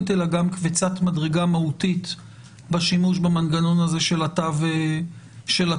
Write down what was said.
אלא גם קפיצת מדרגה מהותית בשימוש במנגנון הזה של התו הירוק.